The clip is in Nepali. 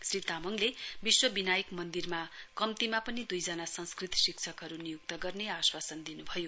श्री तामङले विश्व विनायक मन्दिरमा कम्तीमा पनि दुईजना संस्कृत शिशकहरू नियुक्त गर्ने आश्वासन दिनुभयो